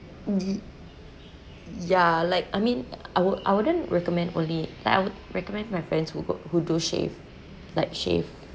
y~ ya like I mean I would I wouldn't recommend only I would recommend my friends who go who do shave like shave